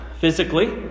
physically